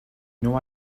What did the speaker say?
know